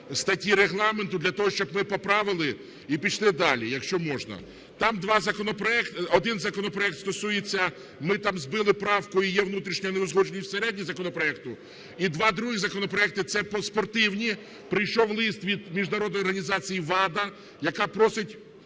статті Регламенту для того, щоб ви поправили і пішли далі, якщо можна. Там два законопроекти. Один законопроект стосується, ми там збили правку і є внутрішня неузгодженість всередині законопроекту. І два других законопроекти – це по спортивних. Прийшов лист від міжнародної організації ВАДА, яка просить